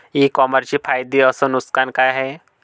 इ कामर्सचे फायदे अस नुकसान का हाये